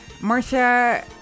Marcia